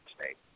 State